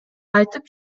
айтып